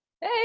Hey